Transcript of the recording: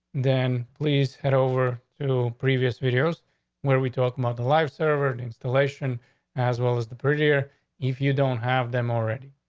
then please head over to previous videos where we talk about the life server installation as well as the prettier if you don't have them already.